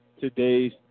today's